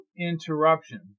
interruption